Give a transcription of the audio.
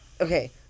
Okay